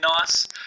nice